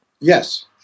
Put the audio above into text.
Yes